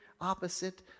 opposite